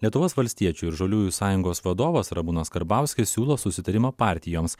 lietuvos valstiečių ir žaliųjų sąjungos vadovas ramūnas karbauskis siūlo susitarimą partijoms